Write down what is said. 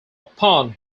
upon